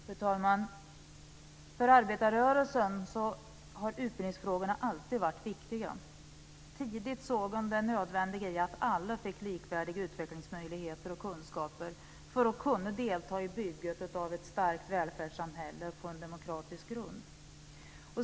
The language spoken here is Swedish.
Fru talman! För arbetarrörelsen har utbildningsfrågorna alltid varit viktiga. Tidigt såg man det nödvändiga i att alla fick likvärdiga utvecklingsmöjligheter och kunskaper för att kunna delta i bygget av ett starkt välfärdssamhälle på demokratisk grund.